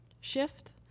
shift